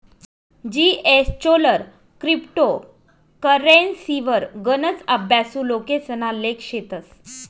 जीएसचोलर क्रिप्टो करेंसीवर गनच अभ्यासु लोकेसना लेख शेतस